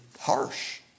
harsh